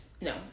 No